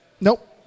Nope